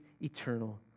eternal